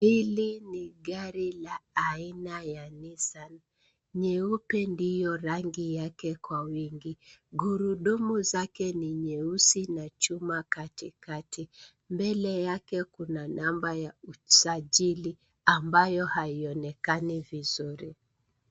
Hili ni gari aina ya Nissan. Nyeupe ndio rangi yake kwa wingi. Gurudumu lake ni nyeusi na chuma katikati. Mbele yake kuna namba ya usajili ambayo haionekani vizuri.